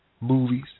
movies